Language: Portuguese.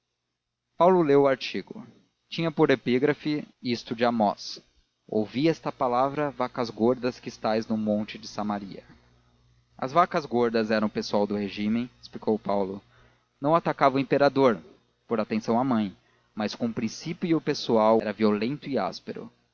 paulo leu o artigo tinha por epígrafe isto de amós ouvi esta palavra vacas gordas que estais no monte de samaria as vacas gordas eram o pessoal do regímen explicou paulo não atacava o imperador por atenção à mãe mas com o princípio e o pessoal era violento e áspero